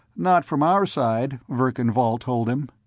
not from our side, verkan vall told him.